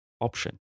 option